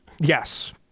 yes